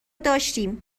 داشتیم